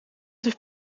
heeft